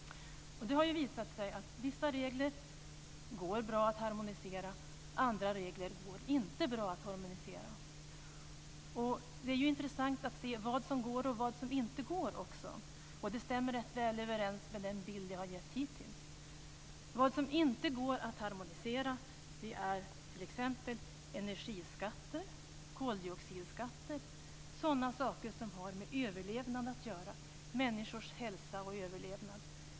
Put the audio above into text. Det har visat sig att vissa regler går bra att harmonisera. Andra regler går inte bra att harmonisera. Det är intressant att se vad som går och vad som inte går att harmonisera. Och det stämmer rätt väl överens med den bild som jag har gett hittills. Vad som inte går att harmonisera är t.ex. energiskatter och koldioxidskatter, sådant som har med människors hälsa och överlevnad att göra.